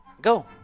Go